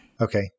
Okay